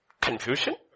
confusion